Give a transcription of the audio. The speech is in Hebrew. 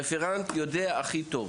רפרנט יודע הכי טוב.